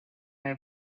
way